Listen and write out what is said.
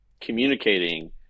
communicating